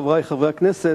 חברי חברי הכנסת,